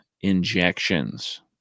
injections